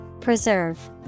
Preserve